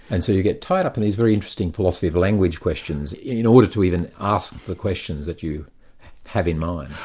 and so you get tied up in these very interesting philosophy of language questions in order to even ask the questions that you have in mind.